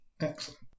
Excellent